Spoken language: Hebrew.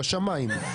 בשמיים.